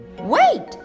Wait